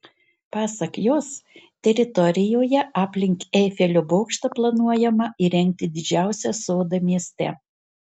pasak jos teritorijoje aplink eifelio bokštą planuojama įrengti didžiausią sodą mieste